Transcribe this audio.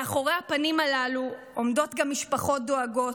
מאחורי הפנים הללו עומדות גם משפחות דואגות,